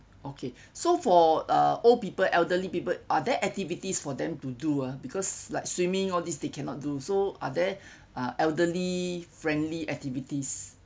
okay so for uh old people elderly people are there activities for them to do ah because like swimming all this they cannot do so are there uh elderly friendly activities